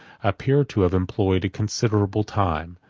appear to have employed a considerable time.